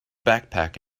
backpack